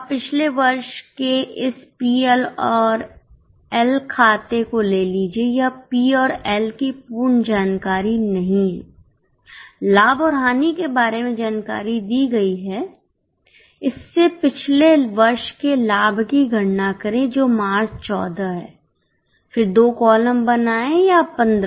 अब पिछले वर्ष के इस P और L खाते को लें लीजिए यह P और Lकी पूर्ण जानकारी नहीं है लाभ और हानि के बारे में जानकारी दी गई है इससे पिछले वर्ष के लाभ की गणना करें जो मार्च14 है फिर दो कॉलम बनाएं या 15